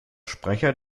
sprecher